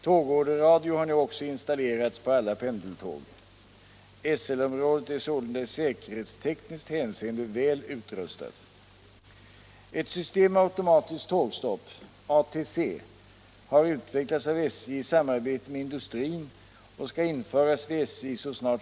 Tågorderradio har nu också installerats på alla pendeltåg.